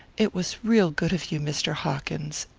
it was real good of you, mr. hawkins.